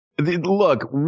look